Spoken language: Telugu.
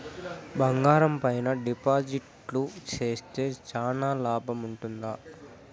బంగారం పైన డిపాజిట్లు సేస్తే చానా లాభం ఉంటుందా?